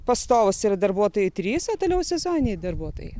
pastovūs yra darbuotojai trys o toliau sezoniniai darbuotojai